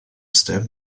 step